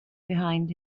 behind